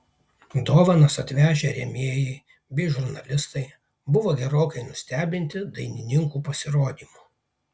dovanas atvežę rėmėjai bei žurnalistai buvo gerokai nustebinti dainininkų pasirodymu